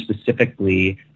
specifically